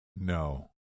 No